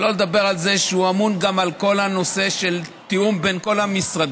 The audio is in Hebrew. שלא לדבר על זה שהוא אמון גם על כל הנושא של תיאום בין כל המשרדים,